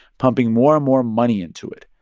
pumping more and more money into it.